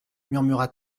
murmura